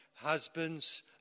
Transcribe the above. husbands